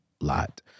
lot